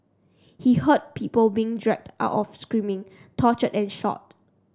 he heard people being dragged out screaming tortured and shot